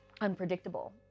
unpredictable